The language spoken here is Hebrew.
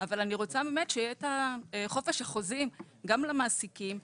אני רוצה שיהיה את החופש החוזי גם למעסיקים,